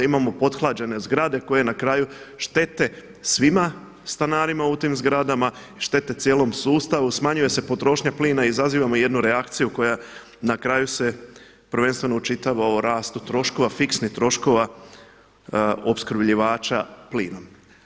Imamo pothlađene zgrade koje na kraju štete svima stanarima u tim zgradama, štete cijelom sustavu, smanjuje se potrošnja plina, izazivamo jednu reakciju koja na kraju se prvenstveno očitava u rastu troškova, fiksnih troškova opskrbljivača plinom.